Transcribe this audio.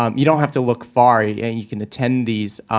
um you don't have to look far, yeah and you can attend these